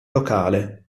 locale